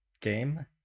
game